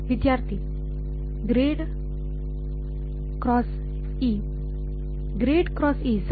ವಿದ್ಯಾರ್ಥಿ ಸರಿ